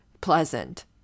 pleasant